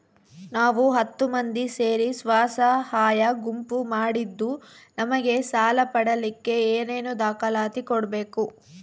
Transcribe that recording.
ನಾವು ಹತ್ತು ಮಂದಿ ಸೇರಿ ಸ್ವಸಹಾಯ ಗುಂಪು ಮಾಡಿದ್ದೂ ನಮಗೆ ಸಾಲ ಪಡೇಲಿಕ್ಕ ಏನೇನು ದಾಖಲಾತಿ ಕೊಡ್ಬೇಕು?